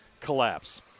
collapse